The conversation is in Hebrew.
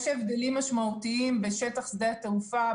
אבל יש הבדלים משמעותיים בשטח שדה התעופה,